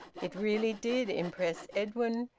it really did impress edwin,